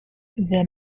the